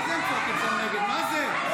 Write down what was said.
מה זה, צועקים שם "נגד", מה זה?